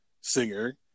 singer